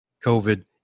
COVID